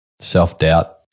Self-doubt